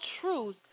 truth